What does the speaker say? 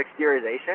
exteriorization